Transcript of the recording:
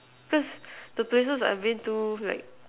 cause the places I've been to like